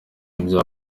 ibyaha